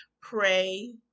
pray